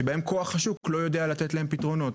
שבהם כוח השוק לא יודע לתת להם פתרונות,